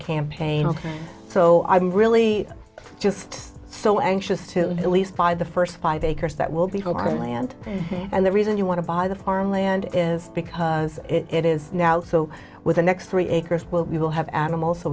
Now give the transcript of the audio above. campaign so i'm really just so anxious to at least buy the first five acres that will be home on the land and the reason you want to buy the farm land is because it is now so with the next three acres we will have animals so